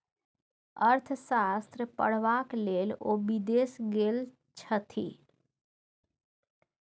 अर्थशास्त्र पढ़बाक लेल ओ विदेश गेल छथि